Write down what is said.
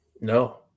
No